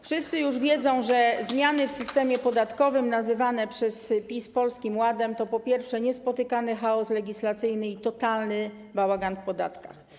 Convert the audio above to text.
Wszyscy już wiedzą, że zmiany w systemie podatkowym nazywane przez PiS Polskim Ładem to, po pierwsze, niespotykany chaos legislacyjny i totalny bałagan w podatkach.